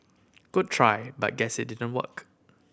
good try but guess it didn't work